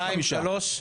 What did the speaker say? אחת, שתיים, שלוש,